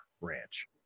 ranch